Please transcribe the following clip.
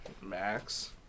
Max